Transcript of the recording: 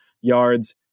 yards